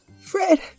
Fred